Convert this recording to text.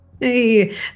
Hey